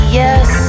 yes